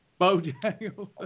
Bojangles